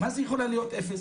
מה זה יכולה להיות אפס?